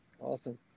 awesome